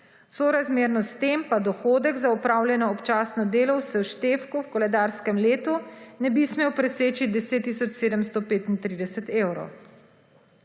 Sorazmerno s tem pa dohodek za opravljeno občasno delo v seštevku v koledarskem letu ne bi smel preseči 10 tisoč 735 evrov.